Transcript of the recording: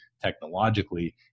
technologically